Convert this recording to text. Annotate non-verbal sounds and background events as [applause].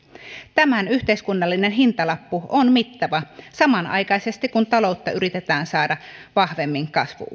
tämän yhteiskunnallinen hintalappu on mittava samanaikaisesti kun taloutta yritetään saada vahvemmin kasvu [unintelligible]